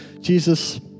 Jesus